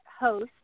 host